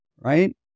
Right